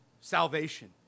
Salvation